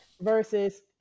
versus